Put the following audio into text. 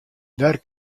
wêr